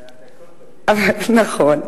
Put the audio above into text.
נכון.